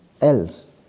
else